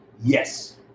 yes